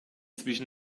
zwischen